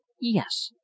Yes